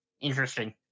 interesting